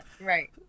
Right